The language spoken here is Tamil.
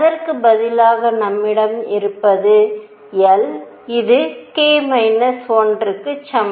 அதற்கு பதிலாக நம்மிடம் இருப்பது l இது k 1 க்கு சமம்